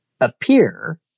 appear